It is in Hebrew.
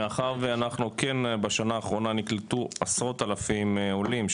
מאחר וכן בשנה האחרונה נקלטו עשרות אלפים עולים,